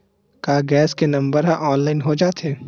का गैस के नंबर ह ऑनलाइन हो जाथे?